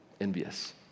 envious